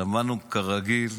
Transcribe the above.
שמענו, כרגיל,